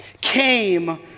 came